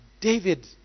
David